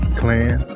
clan